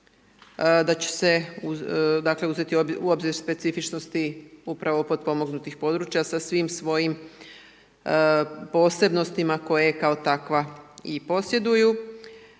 dakle uzeti u obzir specifičnosti upravo potpomognutih područja sa svim svojim posebnostima koje kao takva i posjeduju.